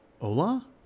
Ola